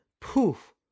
poof